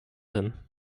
him